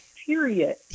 period